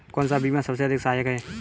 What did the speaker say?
कौन सा बीमा सबसे अधिक सहायक है?